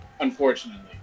unfortunately